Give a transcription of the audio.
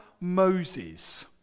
Moses